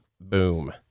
Boom